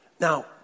Now